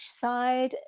side